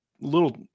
little